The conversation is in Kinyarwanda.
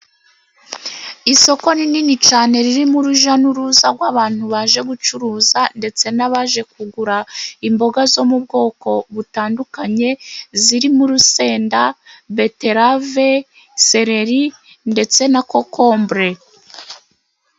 Isoko rinini cyane ririmo urujya n'uruza rw'abantu baje gucuruza, ndetse n'abaje kugura imboga zo mu bwoko butandukanye zirimo urusenda, beterave, seleri ndetse na kokombure.